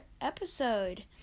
episode